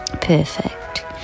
Perfect